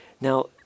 Now